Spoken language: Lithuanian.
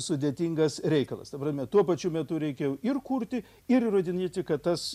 sudėtingas reikalas ta prasme tuo pačiu metu reikia ir kurti ir įrodinėti kad tas